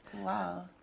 Wow